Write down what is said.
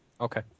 Okay